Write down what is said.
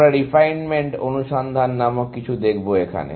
আমরা রিফাইনমেন্ট অনুসন্ধান নামক কিছু দেখবো এখানে